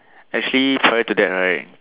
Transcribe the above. actually prior to that right